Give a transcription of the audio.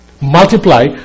multiply